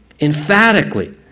emphatically